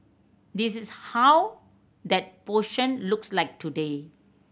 this is how that portion looks like today